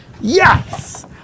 Yes